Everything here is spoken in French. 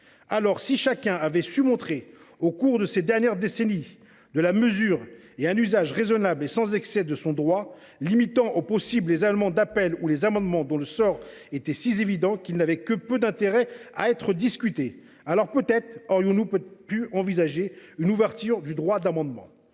Si chacun avait su montrer, au cours de ces dernières décennies, de la mesure et un usage raisonnable et sans excès de son droit, limitant au possible les amendements d’appel ou ceux dont le sort qui leur serait réservé était si évident qu’ils n’avaient que peu d’intérêt à être discutés, alors peut être aurions nous pu envisager une ouverture du droit d’amendement.